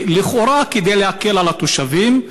לכאורה כדי להקל על התושבים.